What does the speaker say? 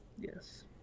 Yes